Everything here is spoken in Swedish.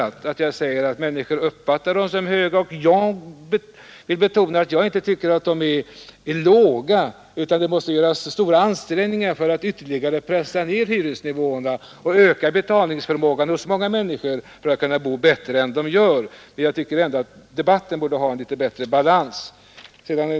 Men jag har poängterat att människorna uppfattar hyrorna som höga, och jag betonar att jag inte tycker att hyrorna är låga, utan det måste göras stora ansträngningar för att ytterligare pressa ned hyresnivåerna och öka betalningsförmågan hos många människor för att de skall kunna bo bättre än de gör. Men jag tycker ändå att debatten borde ha en annan balans.